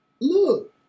Look